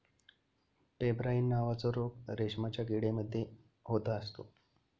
pebrine नावाचा रोग रेशमाच्या किडे मध्ये होत असतो